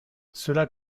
cela